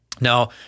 Now